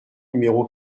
numéro